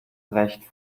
recht